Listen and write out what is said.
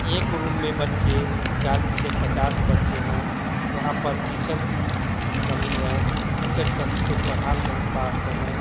एक रूम में बच्चे चालीस से पचास बच्चे हैं वहाँ पर टीचर की कमी है टीचर सही से पढ़ाई नहीं पाते हैं